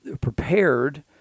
prepared